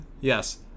Yes